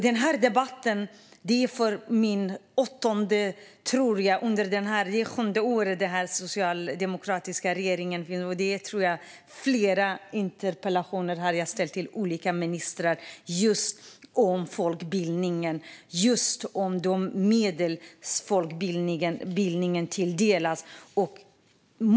Det är nu sjunde året med den här socialdemokratiska regeringen, och jag har ställt flera interpellationer till olika ministrar om just folkbildningen och de medel som folkbildningen tilldelas.